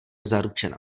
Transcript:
zaručena